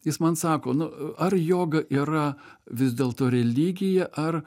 jis man sako nu ar joga yra vis dėlto religija ar